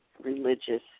religious